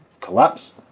collapse